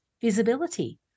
visibility